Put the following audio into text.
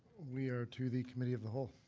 we are to the committee of the whole.